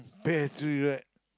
battery right